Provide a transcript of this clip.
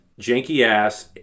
janky-ass